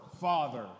Father